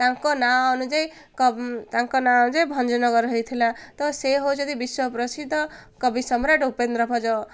ତାଙ୍କ ନାଁ ଅନୁଯାୟୀ ତାଙ୍କ ନାଁ ଅନୁଯାୟୀ ଭଞ୍ଜନଗର ହେଇଥିଲା ତ ସେ ହେଉଛନ୍ତି ବିଶ୍ୱ ପ୍ରସିଦ୍ଧ କବି ସମ୍ରାଟ ଉପେନ୍ଦ୍ର ଭଞ୍ଜ